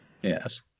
Yes